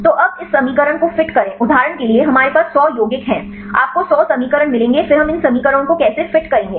तो अब इस समीकरण को फिट करें उदाहरण के लिए हमारे पास 100 यौगिक हैं आपको 100 समीकरण मिलेंगे फिर हम इन समीकरणों को कैसे फिट करेंगे